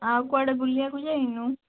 ଆଉ କୁଆଡ଼େ ବୁଲିବାକୁ ଯାଇନୁ